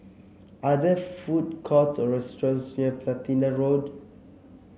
are there food courts or restaurants near Platina Road